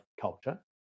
culture